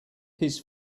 his